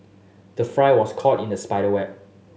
the fly was caught in the spider web